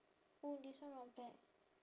oh this one not bad